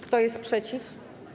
Kto jest przeciw?